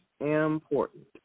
important